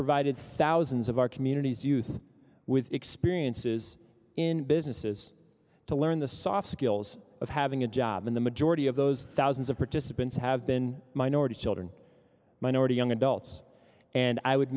provided thousands of our communities youth with experiences in businesses to learn the soft skills of having a job in the majority of those thousands of participants have been minority children minority young adults and i would